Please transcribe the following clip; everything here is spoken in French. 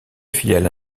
filiale